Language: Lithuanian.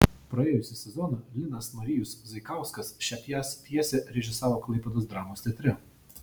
praėjusį sezoną linas marijus zaikauskas šią pjesę režisavo klaipėdos dramos teatre